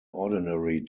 ordinary